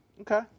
Okay